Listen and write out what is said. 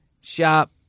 Shop